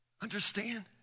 Understand